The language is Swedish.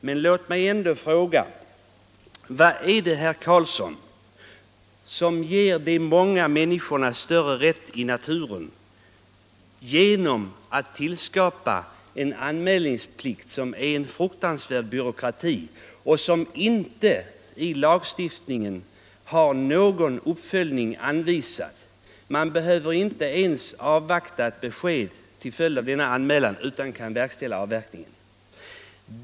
Men låt mig ändå fråga: Vad är det, herr Karlsson, som ger de många människorna större rätt i naturen genom tillskapandet av en anmälningsplikt som innebär en fruktansvärd byråkrati och beträffande vilken det i lagstiftningen inte anvisas någon uppföljning? Man behöver inte ens avvakta ett besked till följd av denna anmälan, utan man kan omedelbart verkställa avverkningen.